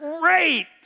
great